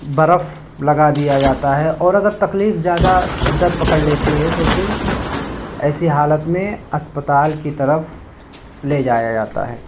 برف لگا دیا جاتا ہے اور اگر تکلیف زیادہ شدت پکڑ لیتی ہے تو پھر ایسی حالت میں اسپتال کی طرف لے جایا جاتا ہے